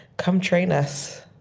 come train us.